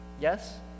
yes